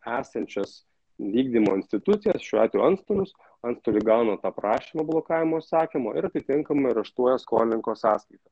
esančias vykdymo institucijas šiuo atveju antstolius anstoliai gauna tą prašymą blokavimo įsakymo ir atitinkamai areštuoja skolininko sąskaitą